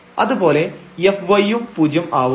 അതുപോലെ fy യും പൂജ്യം ആവും